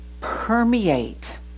permeate